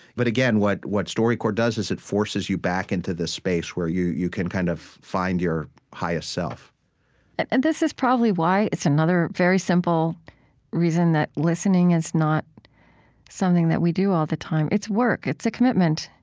but, again, what what storycorps does is it forces you back into the space where you you can kind of find your highest self and and this is probably why it's another very simple reason that listening is not something that we do all the time. it's work. it's a commitment.